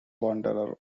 wanderer